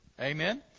Amen